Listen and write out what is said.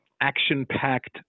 action-packed